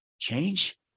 change